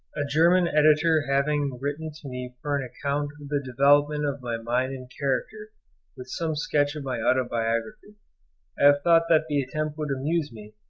a german editor having written to me for an account of the development of my mind and character with some sketch of my autobiography, i have thought that the attempt would amuse me,